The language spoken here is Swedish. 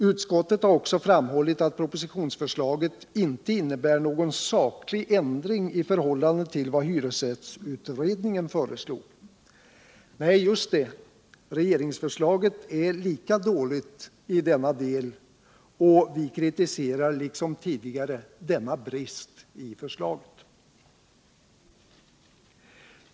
Utskottet har också framhällit att propositionsförslaget inte innebär någon saklig ändring i förhållande till vad hyresrättsutredningen föreslog. Nej, Just det — regeringsförslaget är lika dåligt i denna del, och vi kritiserar nu liksom tidigare denna brist i förslaget.